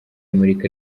imurika